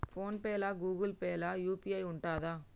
Phone pay లా Google Pay లా UPI ఉంటదా?